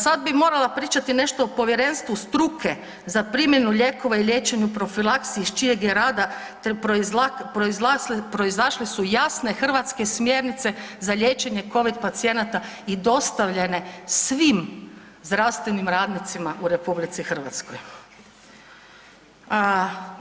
Sada bi morala pričati nešto o povjerenstvu struke za primjenu lijekova i liječenju profilaksije s čijeg je rada proizašle su jasne hrvatske smjernice za liječenje COVID pacijenata i dostavljene svim zdravstvenim radnicima u Republici Hrvatskoj.